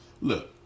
look